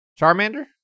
charmander